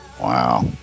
wow